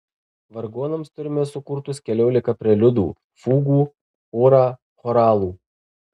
vargonams turime sukurtus keliolika preliudų fugų porą choralų